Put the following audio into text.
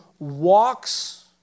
Walks